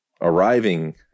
arriving